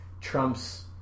Trump's